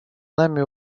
нами